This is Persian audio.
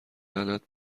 لعنت